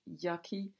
yucky